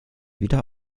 wieder